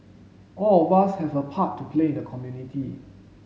all of us have a part to play in the community